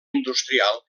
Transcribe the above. industrial